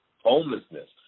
homelessness